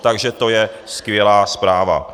Takže to je skvělá zpráva.